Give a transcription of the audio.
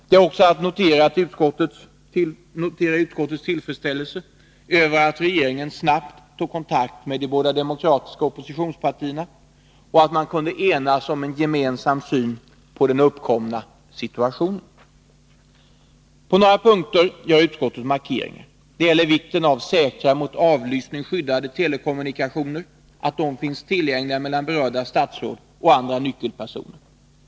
Det är också att notera utskottets tillfredsställelse över att regeringen snabbt tog kontakt med de båda demokratiska oppositionspartierna och att man kunde enas om en gemensam syn på den uppkomna situationen. På några punkter gör utskottet markeringar. Det gäller vikten av att säkra, Nr 145 mot avlyssning skyddade telekommunikationer finns tillgängliga mellan Onsdagen den berörda statsråd och andra nyckelpersoner.